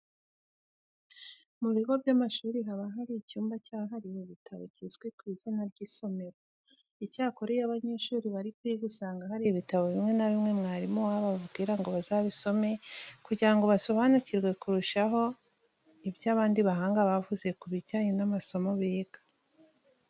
Mu bigo by'amashuri haba hari icyumba cyahariwe ibitabo kizwi ku izina ry'isomero. Icyakora iyo abanyeshuri bari kwiga usanga hari ibitabo bimwe na bimwe mwarimu wabo ababwira ngo bazabisome kugira ngo basobanukirwe kurushaho ibyo abandi bahanga bavuze ku bijyanye n'amasomo biga.